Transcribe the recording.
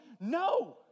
No